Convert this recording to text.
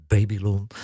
Babylon